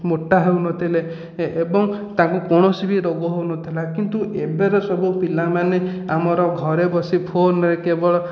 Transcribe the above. ମୋଟା ହେଉନଥିଲେ ଏବଂ ତାଙ୍କୁ କୌଣସି ବି ରୋଗ ହେଉନଥିଲା କିନ୍ତୁ ଏବେର ସବୁ ପିଲାମାନେ ଆମର ଘରେ ବସି ଫୋନରେ କେବଳ